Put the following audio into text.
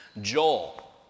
Joel